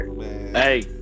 Hey